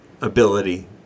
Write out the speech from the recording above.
ability